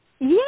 Yes